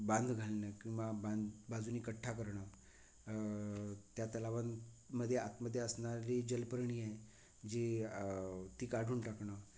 बांध घालणं किंवा बांध बाजूनी कट्टा करणं त्या तलावांमध्ये आतमध्ये असणारी जलपर्णी आहे जी ती काढून टाकणं